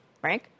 Frank